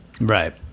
Right